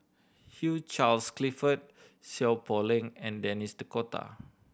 Hugh Charles Clifford Seow Poh Leng and Denis D'Cotta